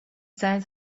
زنگ